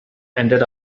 ended